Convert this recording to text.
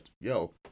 yo